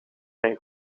zijn